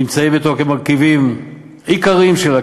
נמצאים כמרכיבים עיקריים שלה,